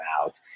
out